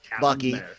Bucky